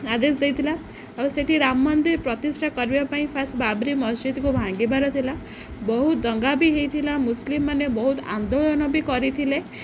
ଆଦେଶ ଦେଇଥିଲା ଆଉ ସେଠି ରାମ ମନ୍ଦିର ପ୍ରତିଷ୍ଠା କରିବା ପାଇଁ ଫାଷ୍ଟ ବାବରି ମସଜିଦକୁ ଭାଙ୍ଗିବାର ଥିଲା ବହୁତ ଦଙ୍ଗା ବି ହେଇଥିଲା ମୁସଲିମ୍ ମାନେ ବହୁତ ଆନ୍ଦୋଳନ ବି କରିଥିଲେ